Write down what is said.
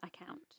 account